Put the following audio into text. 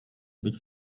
być